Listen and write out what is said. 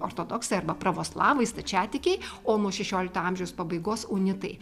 ortodoksai arba pravoslavai stačiatikiai o nuo šešiolikto amžiaus pabaigos unitai